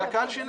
זה הקהל שלנו.